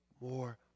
more